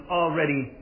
already